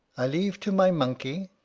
i leave to my monkey,